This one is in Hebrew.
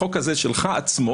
החוק הזה שלך עצמו,